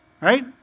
right